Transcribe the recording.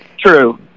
True